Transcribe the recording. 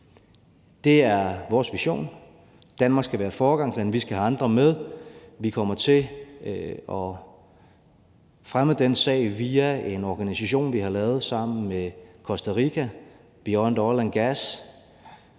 Det er vores vision. Danmark skal være et foregangsland, og vi skal have andre med. Vi kommer til at fremme den sag via en organisation, vi har lavet sammen med Costa Rica, Beyond Oil & Gas